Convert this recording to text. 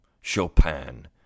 Chopin